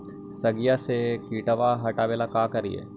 सगिया से किटवा हाटाबेला का कारिये?